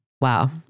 Wow